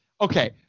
okay